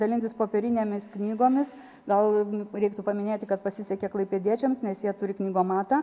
dalintis popierinėmis knygomis gal reiktų paminėti kad pasisekė klaipėdiečiams nes jie turi knygomatą